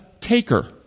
taker